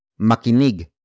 makinig